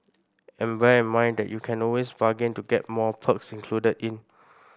and bear in mind that you can always bargain to get more perks included in